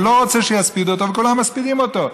הוא לא רוצה שיספידו אותו, וכולם מספידים אותו.